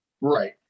Right